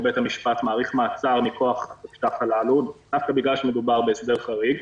בית המשפט מאריך מעצר מכוח התקש"ח הללו דווקא בגלל שמדובר בהסדר חריג.